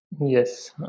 Yes